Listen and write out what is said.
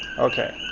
okay,